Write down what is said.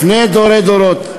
לפני דורי-דורות,